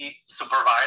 supervisor